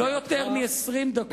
לא יותר מ-20 דקות,